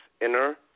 Inner